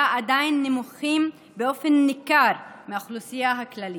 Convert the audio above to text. עדיין נמוכה באופן ניכר מהאוכלוסייה הכללית.